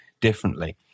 differently